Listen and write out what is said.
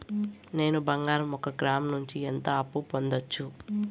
నేను బంగారం ఒక గ్రాము నుంచి ఎంత అప్పు పొందొచ్చు